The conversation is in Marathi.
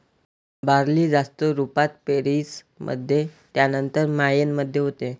बार्ली जास्त रुपात पेरीस मध्ये त्यानंतर मायेन मध्ये होते